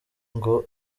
ngo